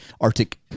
arctic